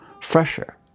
fresher